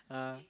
ah